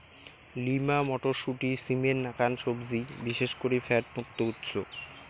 lima মটরশুঁটি, সিমের নাকান সবজি বিশেষ করি ফ্যাট মুক্ত উৎস